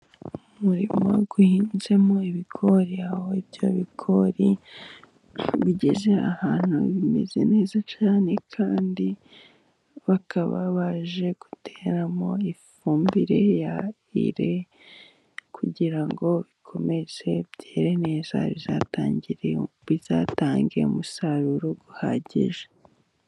Umurima uhinzemo ibigori, aho ibyo bigori bigeze ahantu bimeze neza cyane kandi bakaba baje guteramo ifumbire ya ire(Urea) kugira ngo bikomeze byere neza bizatange umusaruro uhagije.